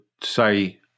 say